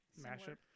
mashup